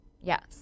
Yes